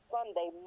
Sunday